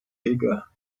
bigger